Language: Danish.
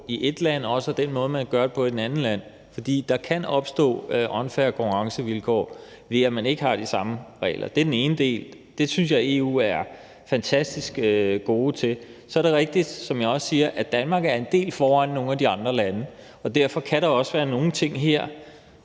i ét land, også er den måde, man gør det på i et andet land. For der kan opstå unfair konkurrencevilkår, ved at man ikke har de samme regler. Det er den ene del. Det synes jeg EU er fantastisk gode til. Så er det rigtigt, som jeg også siger, at Danmark er en del foran nogle af de andre lande, og derfor kan der også være nogle ting,